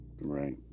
right